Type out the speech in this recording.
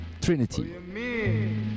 Trinity